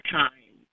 time